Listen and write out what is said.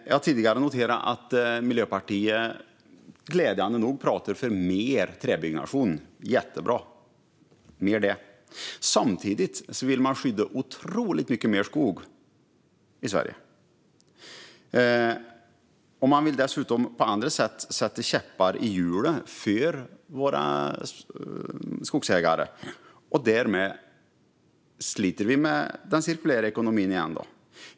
Jag har tidigare noterat att Miljöpartiet glädjande nog är för mer träbyggnation. Det är jättebra - mer av det! Samtidigt vill man skydda otroligt mycket mer skog i Sverige. Man vill dessutom på andra sätt sätta käppar i hjulet för våra skogsägare. Därmed sliter vi med den cirkulära ekonomin igen.